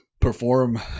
perform